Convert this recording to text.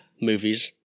movies